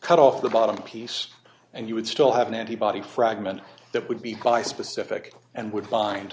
cut off the bottom piece and you would still have an antibody fragment that would be quite specific and would wind